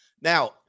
Now